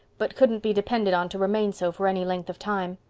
but couldn't be depended on to remain so for any length of time.